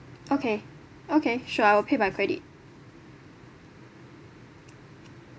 okay okay sure I will pay by credit